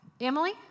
Emily